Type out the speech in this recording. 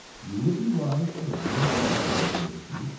you will be wise to lie in bed for a day or two,